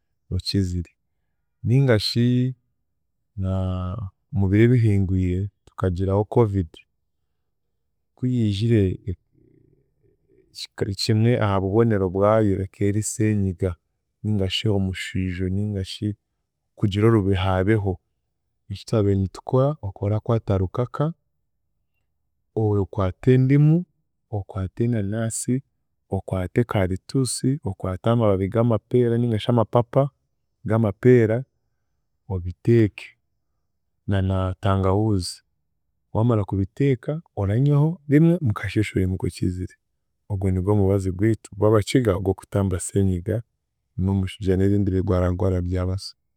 Okizire, ningashi omubiro ebihingwire, tukagiro COVID kuyiijire kika kimwe aha bubonero bwayo ekeri seenyiga ningashi omushwijo ningashi kugira orubehabeho, ekitwabire nitukora, okorakwata rukaka, okwata endimu, okwata enanasi, okwate karituusi, okwata amababibi g'amapeera nigashi amapapa g'amapeera, obiteeke nanatangahuuzi, waamara kubiteeka oranywaho rimwe, mukasheeshe oimuke okizire, ogwe ni gwe omubazi gwitu gw'Abakiga gw'okutamba seenyiga n'omushwija n'ebindi bigwaragwara byabaso.